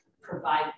provide